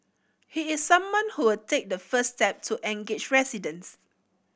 he is someone who will take the first step to engage residents